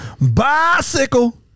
Bicycle